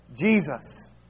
Jesus